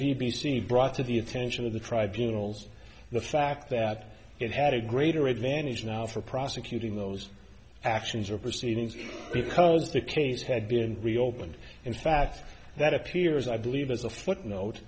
c brought to the attention of the tribunals the fact that it had a greater advantage now for prosecuting those actions or proceedings because the case had been reopened in fact that appears i believe as a footnote